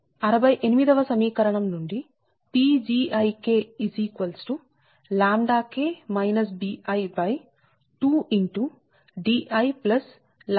68 వ సమీకరణం నుండి Pgi bi2diBii